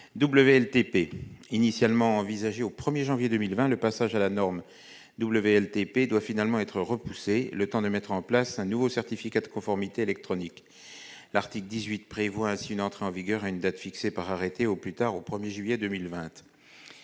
WLTP. Initialement envisagé au 1 janvier 2020, le passage à la norme WLTP doit finalement être repoussé, le temps de mettre en place un nouveau certificat de conformité électronique. L'article 18 prévoit ainsi une entrée en vigueur à une date fixée par arrêté, au plus tard le 1 juillet 2020.